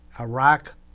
Iraq